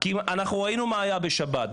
ראינו מה היה בשבת,